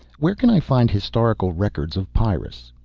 where can i find historical records of pyrrus?